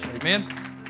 Amen